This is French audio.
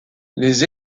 les